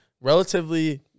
relatively